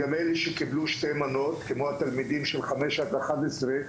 גם אלה שקיבלו שתי מנות כמו התלמידים של 5 עד 11,